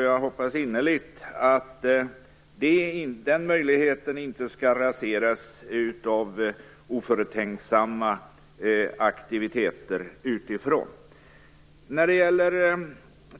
Jag hoppas innerligt att den möjligheten inte skall raseras av oförtänksamma aktiviteter utifrån. När det gäller